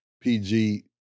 PG